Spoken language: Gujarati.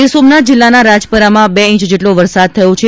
ગીર સોમનાથ જિલ્લાના રાજપરામાં બે ઇંચ જેટલો વરસાદ થયો છે